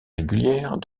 régulière